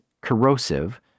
corrosive